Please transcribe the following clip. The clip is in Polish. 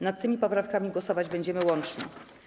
Nad tymi poprawkami głosować będziemy łącznie.